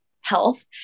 health